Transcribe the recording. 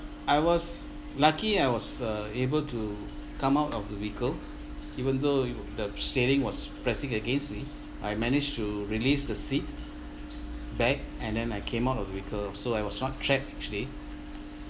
I was lucky I was uh able to come out of the vehicle even though the steering was pressing against me I managed to release the seat back and then I came out of the vehicle so I was not trapped actually